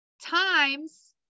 times